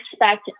expect